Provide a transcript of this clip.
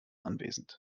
anwesend